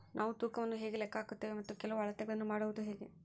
ನಾವು ತೂಕವನ್ನು ಹೇಗೆ ಲೆಕ್ಕ ಹಾಕುತ್ತೇವೆ ಮತ್ತು ಕೆಲವು ಅಳತೆಗಳನ್ನು ಮಾಡುವುದು ಹೇಗೆ?